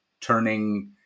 turning